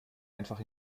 einfach